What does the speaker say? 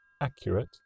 accurate